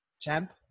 champ